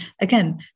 again